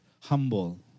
humble